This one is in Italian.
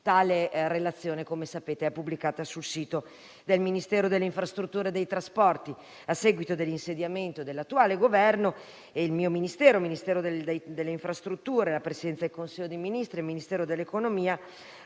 Tale relazione - come sapete - è pubblicata sul sito del Ministero delle infrastrutture e dei trasporti. A seguito dell'insediamento dell'attuale Governo, il Ministero delle infrastrutture e dei trasporti, la Presidenza del Consiglio dei ministri e il Ministero dell'economia